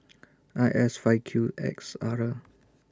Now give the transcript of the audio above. I S five Q X R